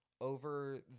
over